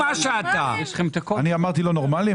אני אמרתי לא נורמליים?